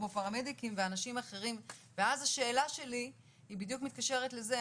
כמו פרמדיקים ואנשים אחרים והשאלה שלי היא בדיוק מתקשרת לזה,